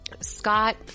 Scott